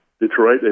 Detroit